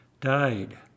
died